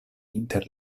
inter